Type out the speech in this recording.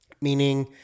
meaning